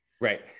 Right